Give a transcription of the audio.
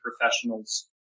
professionals